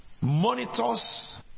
monitors